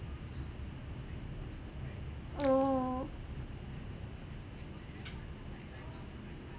oh